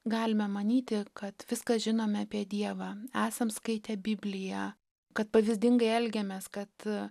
galime manyti kad viską žinome apie dievą esam skaitę bibliją kad pavyzdingai elgiamės kad